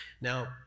Now